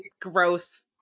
gross